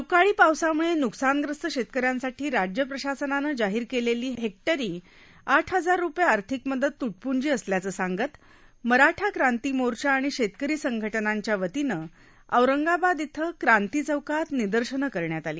अवकाळी पावसाम्ळे न्कसानग्रस्त शेतकऱ्यांसाठी राज्य प्रशासनानं जाहीर केलेली हेक्टरी आठ हजार रुपये आर्थिक मदत तृटपूंजी असल्याचं सांगत मराठा क्रांती मोर्चा आणि शेतकरी संघटनांच्या वतीनं औरंगाबाद इथं क्रांती चौकात निदर्शनं करण्यात आली